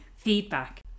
Feedback